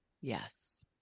Yes